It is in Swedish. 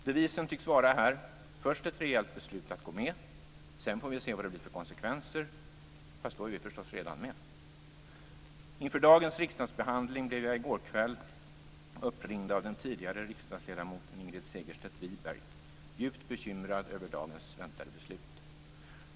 Devisen tycks vara: Först ett rejält beslut att gå med - sedan får vi se vad det blir för konsekvenser - fast då är vi förstås redan med. I går kväll blev jag inför dagens riksdagsbehandling uppringd av den tidigare riksdagsledamoten Ingrid Segerstedt Wiberg, som var djupt bekymrad över dagens väntade beslut.